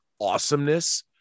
awesomeness